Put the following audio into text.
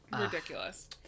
Ridiculous